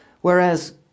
Whereas